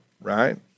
right